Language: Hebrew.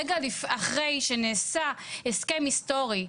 רגע אחרי שנעשה הסכם היסטורי,